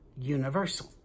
universal